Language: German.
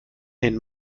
den